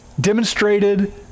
demonstrated